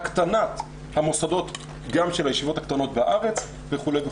הקטנת המוסדות גם של הישיבות הקטנות בארץ וכולי.